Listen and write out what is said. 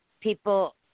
people